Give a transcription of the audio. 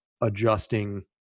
adjusting